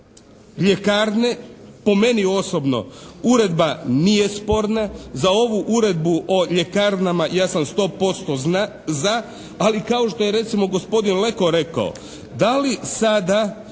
Ljekarne po meni osobno, uredba nije sporna. Za ovu Uredbu o ljekarnama ja sam 100% za ali kao što je recimo gospodin Leko rekao, da li sada